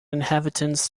inhabitants